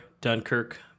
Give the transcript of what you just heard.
Dunkirk